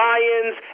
Lions